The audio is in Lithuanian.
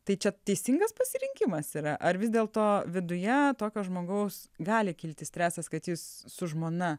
tai čia teisingas pasirinkimas yra ar vis dėlto viduje tokio žmogaus gali kilti stresas kad jis su žmona